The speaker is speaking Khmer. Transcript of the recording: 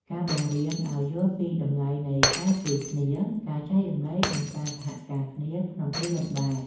ការបង្រៀនឱ្យយល់ពីតម្លៃនៃការជួយគ្នា ការចែករំលែក និងការសហការគ្នាក្នុងគ្រាលំបាក